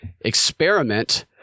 experiment